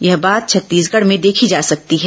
यह बात छत्तीसगढ़ में देखी जा सकती है